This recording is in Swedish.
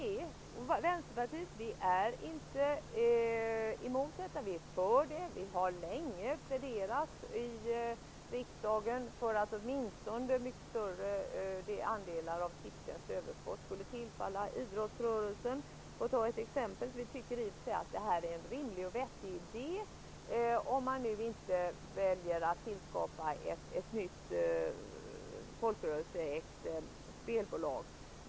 Vi i Vänsterpartiet är inte emot en försäljning, tvärtom. Vi har länge pläderat i riksdagen för åtminstone större andelar av Tipstjänts överskott skulle tillfalla idrottsrörelsen. Detta är i och för sig en rimlig och vettig idé, om man inte väljer att tillskapa ett nytt folkrörelseägt spelbolag.